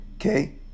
Okay